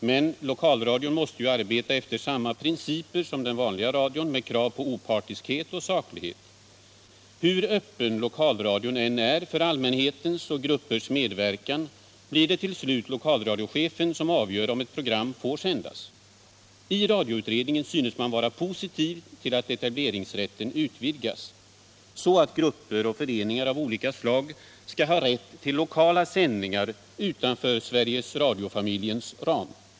Men lokalradion måste ju arbeta efter samma principer som den vanliga radion med krav på opartiskhet och saklighet. Hur öppen lokalradion än är för allmänhets och gruppers medverkan blir det till slut lokalradiochefen som avgör om ett program får sändas. I radioutredningen synes man vara positiv till att etableringsrätten utvidgas så att grupper och föreningar av olika slag skall ha rätt till lokala sändningar utanför Sveriges Radio-familjens ram.